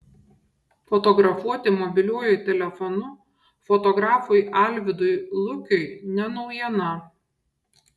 fotografuoti mobiliuoju telefonu fotografui alvydui lukiui ne naujiena